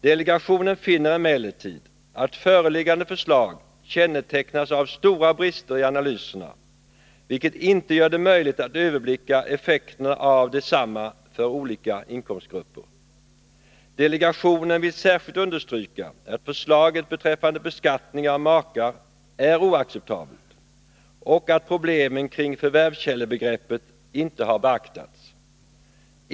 Delegationen finner emellertid att föreliggande förslag kännetecknas av stora brister i analyserna, vilket inte gör det möjligt att överblicka effekterna av detsamma för olika inkomstgrupper. Delegationen vill särskilt understryka att förslaget beträffande beskattning av makar är oacceptabelt och att problemen kring förvärvskällebegreppet inte har beaktats.